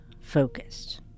focused